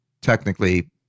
technically